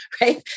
right